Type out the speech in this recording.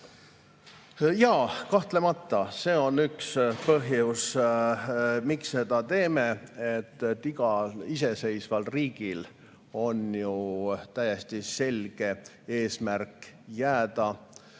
Jaa, kahtlemata see on üks põhjus, miks me seda teeme. Igal iseseisval riigil on ju täiesti selge eesmärk jääda